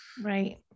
Right